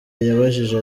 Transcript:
yabajije